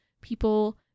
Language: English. people